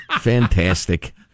Fantastic